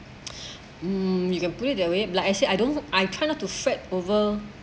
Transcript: um you can put it that way like I said I don't I try not to fret over